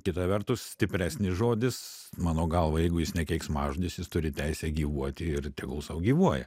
kita vertus stipresnis žodis mano galva jeigu jis ne keiksmažodis jis turi teisę gyvuoti ir tegul sau gyvuoja